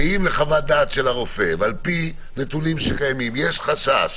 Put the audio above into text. שאם מחוות דעת של הרופא ועל פי נתונים שקיימים יש חשש